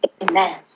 Amen